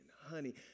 honey